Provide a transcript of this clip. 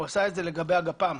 הוא עשה את זה לגבי הגפ"מ.